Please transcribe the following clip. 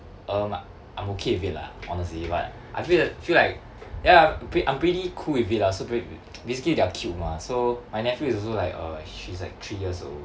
um I'm okay with it lah honestly but I feel like I feel like ya I I'm pretty cool with it lah so br~ basically they're cute mah so my nephew is also like uh she's like three years old